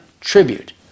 tribute